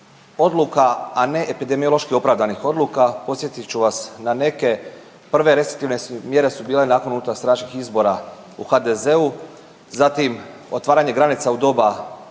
odluka a ne epidemiološki opravdanih odluka? Podsjetit ću vas na neke. Prve restriktivne mjere su bile nakon unutarstranačkih izbora u HDZ-u. Zatim otvaranje granica u doba